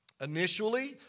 Initially